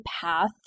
path